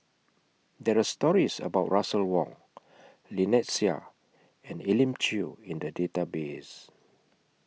There Are stories about Russel Wong Lynnette Seah and Elim Chew in The Database